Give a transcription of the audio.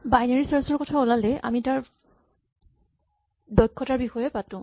binary search ৰ কথা ওলালেই আমি তাৰ তাৰ দক্ষতাৰ বিষয়ে পাতো